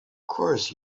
course